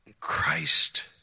Christ